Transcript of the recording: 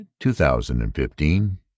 2015